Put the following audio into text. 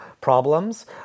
problems